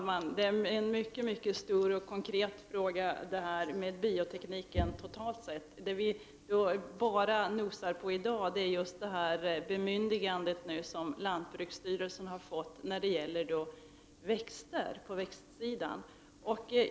Herr talman! Biotekniken totalt sett är en mycket stor och konkret fråga. Det vi så att säga nosar på i dag är just det bemyndigande som lantbruksstyrelsen har fått när det gäller växter.